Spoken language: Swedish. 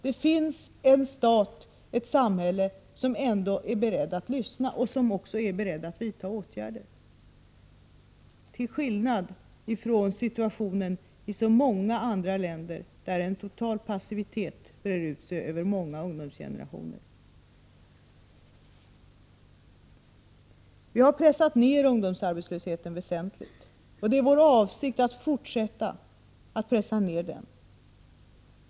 De vet att det finns ett samhälle som är berett att lyssna och att vidta åtgärder, till skillnad från situationen i många andra länder, där en total passivitet brer ut sig över många ungdomsgenerationer. Vi har pressat ner ungdomsarbetslösheten väsentligt, och det är vår avsikt att fortsätta att pressa ner den.